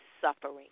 Suffering